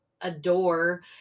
adore